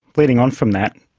leading on from that,